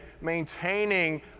maintaining